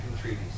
treaties